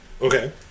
Okay